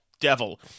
devil